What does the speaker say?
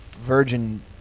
virgin